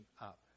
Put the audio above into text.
up